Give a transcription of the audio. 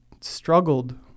struggled